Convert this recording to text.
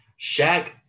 Shaq